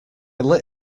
lit